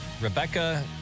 Rebecca